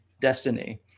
destiny